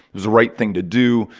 was the right thing to do.